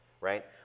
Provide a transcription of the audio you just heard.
right